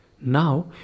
now